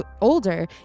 older